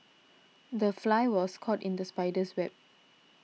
the fly was caught in the spider's web